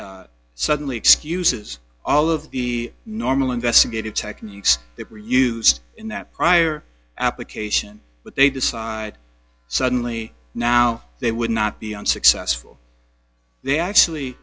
suddenly excuses all of the normal investigative techniques that were used in that prior application but they decide suddenly now they would not be unsuccessful they actually